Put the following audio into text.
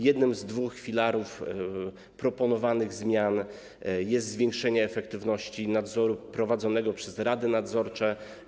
Jednym z dwóch filarów proponowanych zmian jest zwiększenie efektywności nadzoru prowadzonego przez rady nadzorcze.